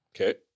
Okay